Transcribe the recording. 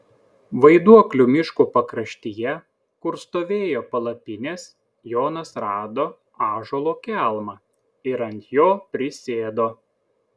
vaiduoklių miško pakraštyje kur stovėjo palapinės jonas rado ąžuolo kelmą ir ant jo prisėdo